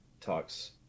talks